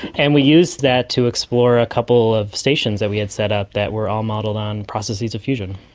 and we use that to explore a couple of stations that we had set up that were all modelled on processes of fusion.